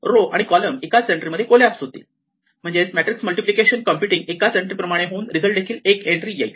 row आणि column एकाच entry मध्ये कोलॅप्स होतील म्हणजेच मॅट्रिक्स मल्टिप्लिकेशन कॉम्प्युटिंग एकाच एन्ट्री प्रमाणे होऊन रिझल्ट देखील एक एन्ट्री येईल